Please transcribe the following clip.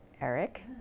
Eric